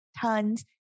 tons